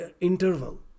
interval